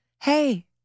hey